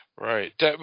Right